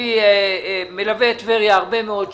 אני מלווה את טבריה הרבה מאוד שנים.